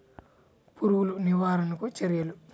పురుగులు నివారణకు చర్యలు?